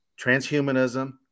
Transhumanism